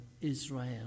Israel